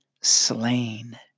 slain